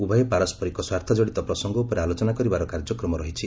ଉଭୟ ପାରସ୍କରିକ ସ୍ୱାର୍ଥଜଡ଼ିତ ପ୍ରସଙ୍ଗ ଉପରେ ଆଲୋଚନା କରିବାର କାର୍ଯ୍ୟକ୍ରମ ରହିଛି